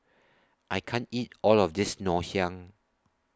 I can't eat All of This Ngoh Hiang